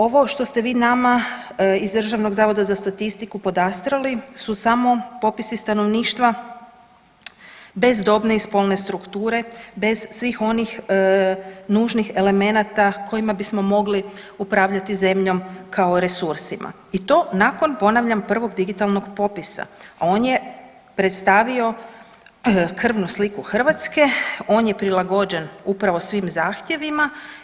Ovo što ste vi nama iz Državnog zavoda za statistiku podastrli su samo popisi stanovništva bez dobne i spolne strukture, bez svih onih nužnih elemenata kojima bismo mogli upravljati zemljom kao resursima i to nakon ponavljam prvog digitalnog popisa, a on je predstavio krvnu sliku Hrvatske, on je prilagođen upravo svim zahtjevima.